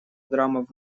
граммов